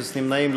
אפס נמנעים.